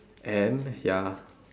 and ya